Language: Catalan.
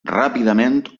ràpidament